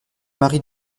marie